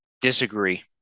Disagree